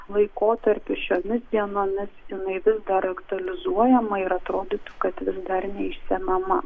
laikotarpiu šiomis dienomis jinai vis dar aktualizuojama ir atrodytų kad vis dar neišsemiama